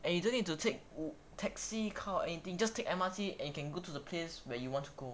and you don't need to take taxi car or anything just take M_R_T and you can go to the place where you want to go